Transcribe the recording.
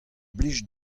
blij